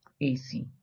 AC